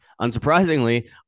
unsurprisingly